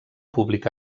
públic